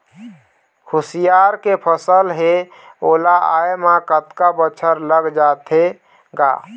खुसियार के फसल हे ओ ला आय म कतका बछर लग जाथे गा?